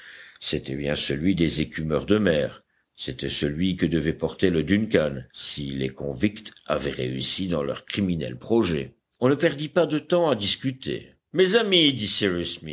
c'était bien celui des écumeurs de mer c'était celui que devait porter le duncan si les convicts avaient réussi dans leurs criminels projets on ne perdit pas de temps à discuter mes amis